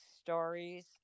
stories